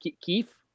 Keith